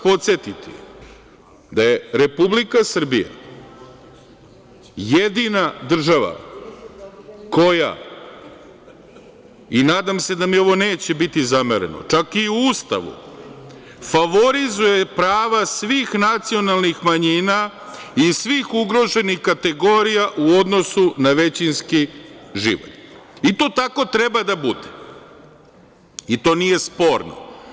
Podsetiću vas da je Republika Srbija jedina država koja, i nadam se da mi ovo neće biti zamereno, čak i u Ustavu favorizuje prava svih nacionalnih manjina i svih ugroženih kategorija u odnosu na većinski život i to tako treba da bude i to nije sporno.